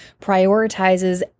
prioritizes